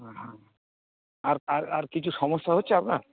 হ্যাঁ হ্যাঁ আর আর আর কিছু সমস্যা হচ্ছে আপনার